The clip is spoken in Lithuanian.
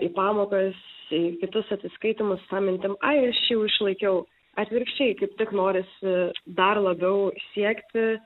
į pamokas į kitus atsiskaitymus su ta mintim ai aš jau išlaikiau atvirkščiai kaip tik norisi dar labiau siekti